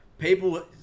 people